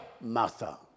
Martha